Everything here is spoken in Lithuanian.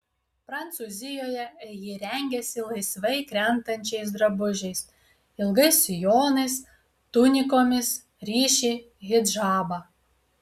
prancūzijoje ji rengiasi laisvai krentančiais drabužiais ilgais sijonais tunikomis ryši hidžabą